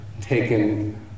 taken